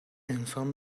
انسان